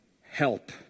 help